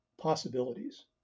possibilities